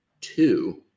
Two